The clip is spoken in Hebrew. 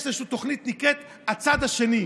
יש איזושהי תוכנית שנקראת "הצד השני".